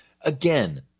again